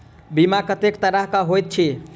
बीमा कत्तेक तरह कऽ होइत छी?